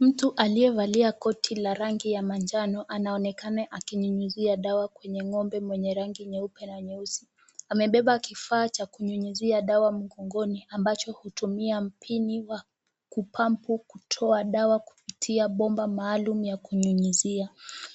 Mtu aliyevalia koti ya rangi ya manjano anaonekana akinyunyizia dawa kwenye ngombe mwenye rangi nyeupe ,amebeba kifa ya kunyunyizia dawa mgongoni ambacho hutumia pini ambayo hutoa dawa kupitia bomba maalum ya kuingizia.